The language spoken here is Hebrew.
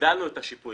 והגדלנו את השיפוי,